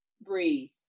Breathe